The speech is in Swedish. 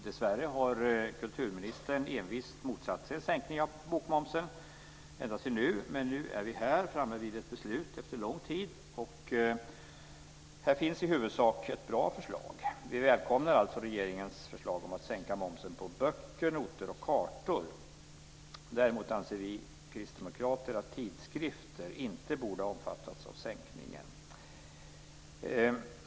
Dessvärre har kulturministern envist motsatt sig en sänkning av bokmomsen, ända till nu. Men nu är vi framme vid ett beslut, efter en lång tid, och här finns i huvudsak ett bra förslag. Vi välkomnar alltså regeringens förslag om att sänka momsen på böcker, noter och kartor. Däremot anser vi kristdemokrater att tidskrifter inte borde omfattas av sänkningen.